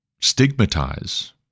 stigmatize